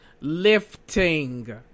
lifting